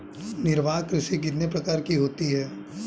निर्वाह कृषि कितने प्रकार की होती हैं?